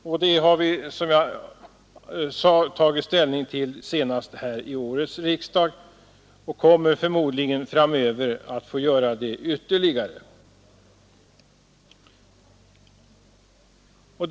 Vi har, som jag redan nämnt, tagit ställning i sådana frågor senast vid årets riksdag, och det kommer vi förmodligen att få göra ytterligare framöver.